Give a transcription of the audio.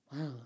wow